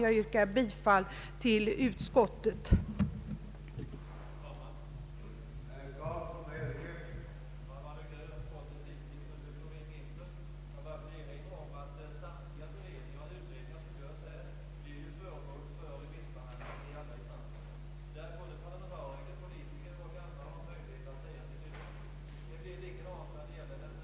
Jag yrkar bifall till utskottets förslag.